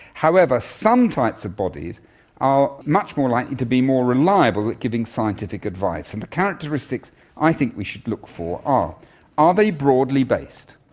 however, some types of bodies are much more likely to be more reliable at giving scientific advice. and the characteristics i think we should look for are are they broadly based,